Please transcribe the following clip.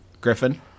Griffin